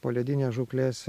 poledinės žūklės